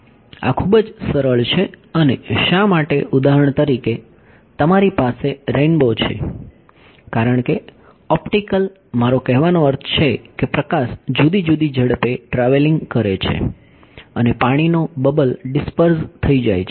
આ ખૂબ જ સરળ છે અને શા માટે ઉદાહરણ તરીકે તમારી પાસે રેનબો છે કારણ કે ઓપ્ટિકલ મારો કહેવાનો અર્થ છે કે પ્રકાશ જુદી જુદી ઝડપે ટ્રાવેલિંગ કરે છે અને પાણીનો બબલ ડિસપર્ઝ થઈ જાય છે